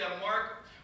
Mark